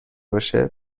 باشه